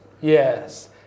Yes